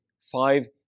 five